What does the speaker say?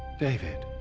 david